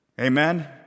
amen